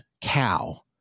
cow